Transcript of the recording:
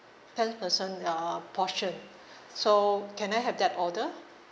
ten person uh portion so can I have that order